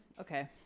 Okay